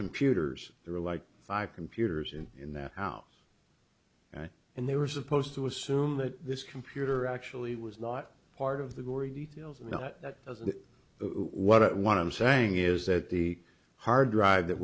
computers there like five computers and in that house and they were supposed to assume that this computer actually was a lot part of the gory details you know that doesn't what it what i'm saying is that the hard drive that